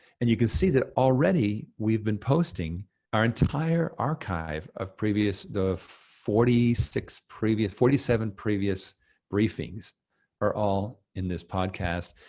and you can see that already, we've been posting our entire archive of previous, the forty six previous, forty seven previous briefings are all in this podcast.